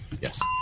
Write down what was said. Yes